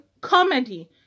comedy